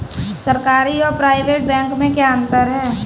सरकारी और private bank में क्या अंतर है?